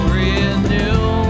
renew